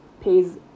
pays